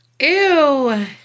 Ew